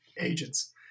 agents